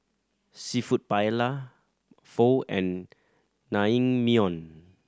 Seafood Paella Pho and Naengmyeon